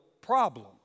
problem